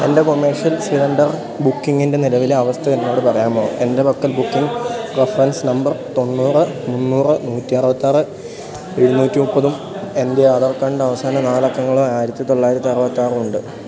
എൻ്റെ commercial cylinder ബുക്കിംഗിൻ്റെ നിലവിലെ അവസ്ഥ എന്നോടു പറയാമോ എൻ്റെ പക്കൽ ബുക്കിംഗ് റഫറൻസ് നമ്പർ തൊണ്ണൂറ് മുന്നൂറ് നൂറ്റി അറുപത്തിയാറ് എഴുന്നൂറ്റിമുപ്പതും എൻ്റെ ആധാർ കാർഡിൻ്റെ അവസാന നാലക്കങ്ങള് ആയിരത്തി തൊള്ളായിരത്തി അറുപത്തിയാറുമുണ്ട്